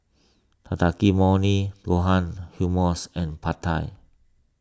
Takikomi Gohan Hummus and Pad Thai